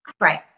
Right